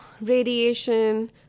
radiation